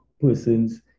persons